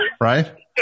Right